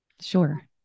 Sure